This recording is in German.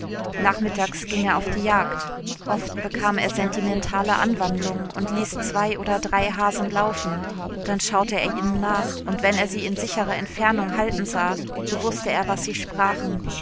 nachmittags ging er auf die jagd oft bekam er sentimentale anwandlungen und ließ zwei oder drei hasen laufen dann schaute er ihnen nach und wenn er sie in sicherer entfernung halten sah wußte er was sie sprachen